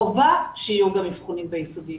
חובה שיהיו גם אבחונים ביסודי.